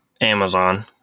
Amazon